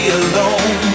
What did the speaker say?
alone